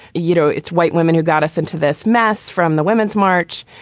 you know, it's white women who got us into this mess from the women's march.